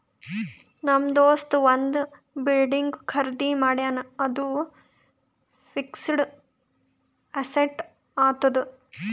ನಮ್ ದೋಸ್ತ ಒಂದ್ ಬಿಲ್ಡಿಂಗ್ ಖರ್ದಿ ಮಾಡ್ಯಾನ್ ಅದು ಫಿಕ್ಸಡ್ ಅಸೆಟ್ ಆತ್ತುದ್